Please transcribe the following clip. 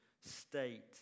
state